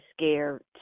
scared